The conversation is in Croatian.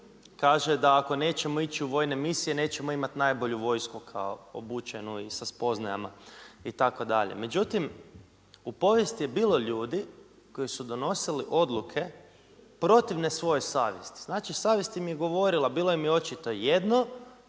kaže da ako nećemo ići u vojne misije nećemo imati najbolju vojsku kao obučenu i sa spoznajama itd. Međutim, u povijesti je bilo ljudi koji su donosili odluke protivne svojoj savjesti. Znači savjest im je govorila, bilo im je očito jedno.